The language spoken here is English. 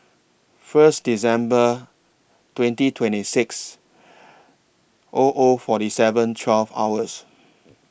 First December twenty twenty six O O forty seven twelve hours